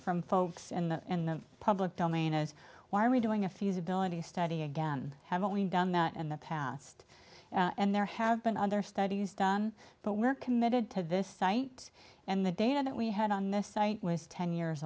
from folks in the in the public domain is why are we doing a fuse ability study again haven't we done that in the past and there have been other studies done but we are committed to this site and the data that we had on this site was ten years